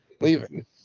leaving